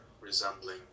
resembling